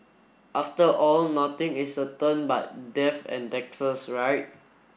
after all nothing is certain but death and taxes right